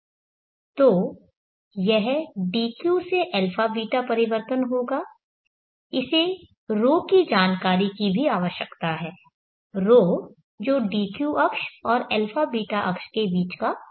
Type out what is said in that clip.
तो यह dq से αβ परिवर्तन होगा इसे ρ की जानकारी भी आवश्यकता है ρ जो dq अक्ष और αβ अक्ष के बीच का कोण है